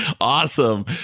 Awesome